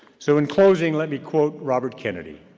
so in closing, let me quote robert kennedy,